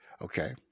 Okay